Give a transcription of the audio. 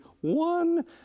one